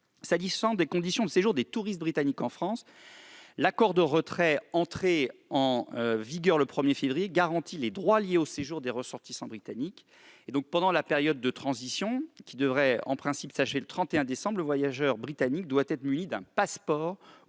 S'agissant des conditions de séjour des touristes britanniques en France, l'accord de retrait, entré en vigueur le 1 février dernier, garantit les droits liés au séjour des ressortissants britanniques. Pendant la période de transition, qui devrait en principe s'achever le 31 décembre, le voyageur britannique doit être muni d'un passeport